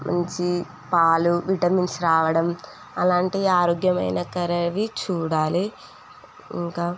మంచి పాలు విటమిన్స్ రావడం అలాంటి ఆరోగ్యకరమైనవి చూడాలి ఇంకా